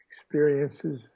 experiences